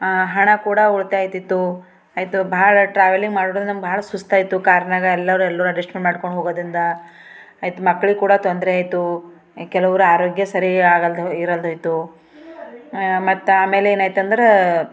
ಹಣ ಕೂಡ ಉಳಿತಾಯ ಆಗ್ತಿತ್ತು ಆಯಿತು ಭಾಳ ಟ್ರಾವೆಲಿಂಗ್ ಮಾಡೋದ್ರಿಂದ ನಮಗೆ ಭಾಳ ಸುಸ್ತಾಯ್ತು ಕಾರ್ನಾಗೆ ಎಲ್ಲರೂ ಎಲ್ಲರೂ ಅಡ್ಜೆಸ್ಟ್ ಮಾಡ್ಕೊಂಡು ಹೋಗೋದ್ರಿಂದ ಆಯಿತು ಮಕ್ಕಳಿಗೆ ಕೂಡ ತೊಂದರೆ ಆಯಿತು ಕೆಲವರು ಆರೋಗ್ಯ ಸರಿ ಆಗಲ್ದು ಇರಲ್ದೋಯ್ತು ಮತ್ತೆ ಆಮೇಲೇನಾಯ್ತಂದ್ರೆ